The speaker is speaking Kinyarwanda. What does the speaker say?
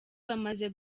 bamaze